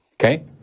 Okay